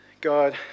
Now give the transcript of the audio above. God